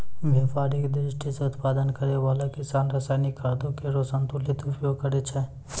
व्यापारिक दृष्टि सें उत्पादन करै वाला किसान रासायनिक खादो केरो संतुलित उपयोग करै छै